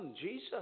Jesus